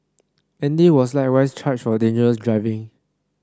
Andy was likewise charged for dangerous driving